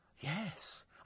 Yes